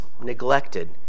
neglected